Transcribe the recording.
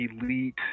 elite